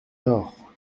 torts